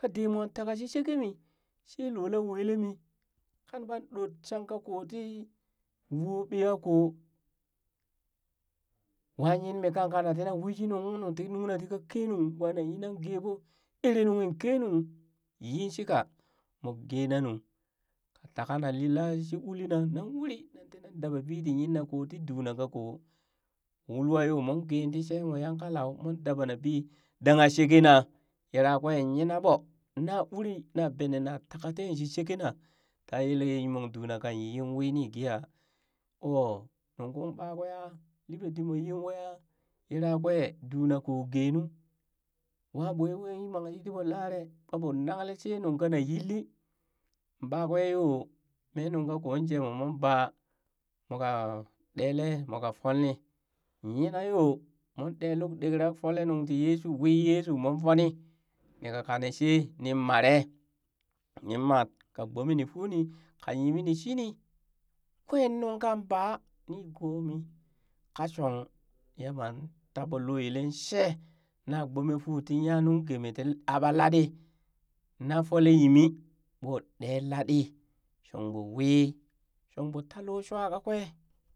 Ka dee moo taka she shike mii she loo la welemi kanɓan ɗot shanka ƙoo tii woo ɓiyakoo wa yimmi kang kana tina wishi nungkung nu ti nungna tika kenung, wa nan yinan geɓo ere nunghin keenung yin shika moo geena nu ka takana lila shi uli na, nan uri nan ti nan daba bii ti yinna ko ti duu na ka ko wulwa yoo moon gee ti she moo yan kalau moon dabana bii danghe sheke nan yirakwee nyina ɓo na uri na benee na taka teen shi sheke na ta yele yimaŋduna kan yi yin wii ni gee aa ooh nunkung ɓakweeha liɓe ditmoo yi weya yira kwee duu na koo geenu wa ɓooh ɓoe mang yi ti ɓoo lare ɓa ɓoo nangle shee nuŋ kaana yilli ɓakwee yoo mee nungka koo jemoo mon baa moo ka ɗeele moka fol nii nyina yoo mon dee luk dekkrak fole nuŋ tii yeshuu wii yeshuu moon foni nii ka kanee ni mare ni mat ka gbome nii fuu nii ka nyimi ni shini, kwee nuŋka baa ni goo mii ka shong yamba taɓoo loo yelee shee na gbome fuu tii nya nunggeme ti aɓa latɗi na fulee nyimi ɓoo ɗee ladɗi shong ɓoo wii shong ɓoo taa loo shuwa kakwee.